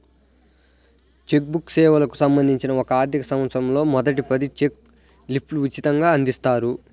check book సేవలకు సంబంధించి ఒక ఆర్థికసంవత్సరంలో మొదటి పది చెక్ లీఫ్లు ఉచితంగ అందిస్తారు